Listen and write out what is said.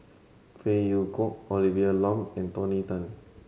Phey Yew Kok Olivia Lum and Tony Tan